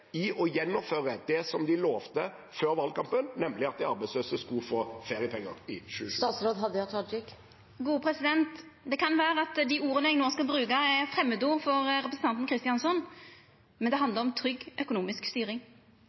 i å gjennomføre det de lovte før valgkampen, nemlig at de arbeidsløse skulle få feriepenger i 2022? Det kan vera at dei orda eg no skal bruka, er framandord for representanten Kristjánsson, men det handlar om trygg økonomisk styring.